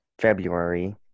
February